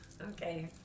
Okay